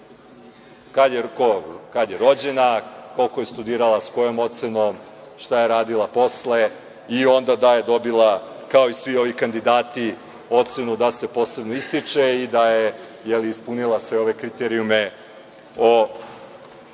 Kad je rođena, koliko je studirala sa kojom ocenom, šta je radila posle i onda da je dobila kao i svi ovi kandidati ocenu da se posebno ističe i da je, je li, ispunila sve ove kriterijume o